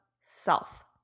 self